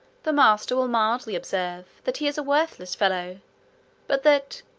the master will mildly observe, that he is a worthless fellow but that,